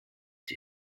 die